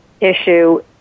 issue